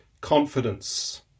confidence